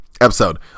episode